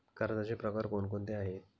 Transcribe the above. कर्जाचे प्रकार कोणकोणते आहेत?